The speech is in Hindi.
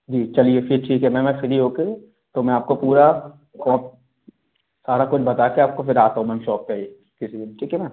जी चलिए फिर ठीक है मैम मैं फ्री होके तो मैं आपको पूरा सारा कुछ बता के आपको फिर आता हूँ मैम शॉप पे ही किसी दिन ठीक है ना